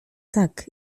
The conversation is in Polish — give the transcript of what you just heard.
tak